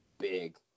big